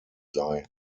sei